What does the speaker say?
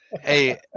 Hey